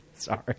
Sorry